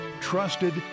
Trusted